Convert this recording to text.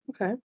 okay